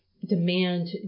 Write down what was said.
Demand